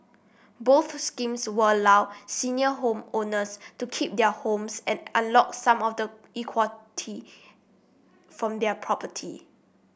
both schemes would allow senior homeowners to keep their homes and unlock some of the equity from their property